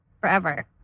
forever